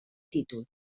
títol